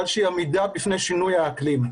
מכיוון שהיא עמידה בפני שינוי האקלים.